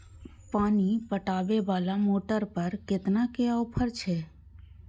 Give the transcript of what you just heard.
पानी पटवेवाला मोटर पर केतना के ऑफर छे?